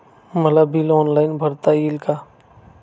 मला bill online भरता येईल का?